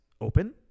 open